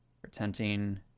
Pretending